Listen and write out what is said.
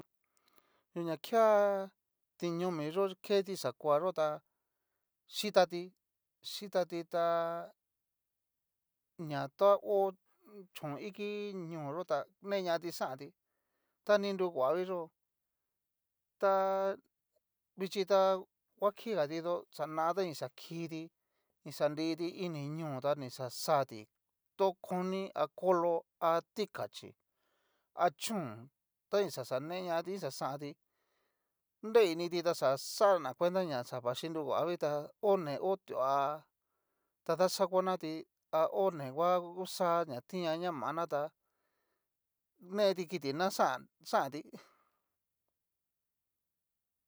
Ña kea ti ñomi yó keti xakua yó tá, xhitati xhitati tá ña ta ho chón iki ñóo yo tá neñati xanti ta ni nohuavii yó ta vichi ta ngua kigati tú xana ta ni xa kiti, ni xa nriti ini ñoo ta ni xa xati to koni a kolo, a tikachí ha chón ta ni xaxaneñati ni xaxanti, nreiniti ta xa xana cuenta ña xa vchí nrohuavii one otua ta daxakuana tí ha ho va ndu xa na tinña ñamana ta neti kitina xanti.